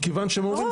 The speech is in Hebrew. מכיוון -- ברור,